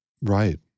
Right